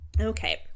Okay